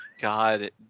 God